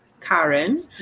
Karen